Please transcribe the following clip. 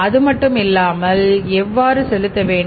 அது மட்டும் இல்லாமல் எவ்வாறு செலுத்த வேண்டும்